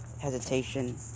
Hesitation